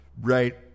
right